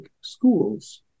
schools